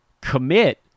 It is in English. commit